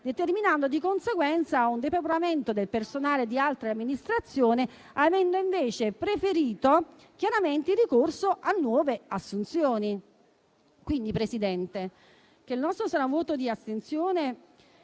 determina di conseguenza un depauperamento del personale di altre amministrazioni, poiché avrebbe invece preferito chiaramente il ricorso a nuove assunzioni. Signor Presidente, il nostro sarà un voto di astensione